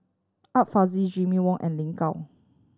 Art Fazil Jimmy Ong and Lin Gao